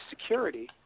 security